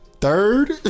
third